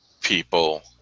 people